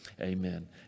amen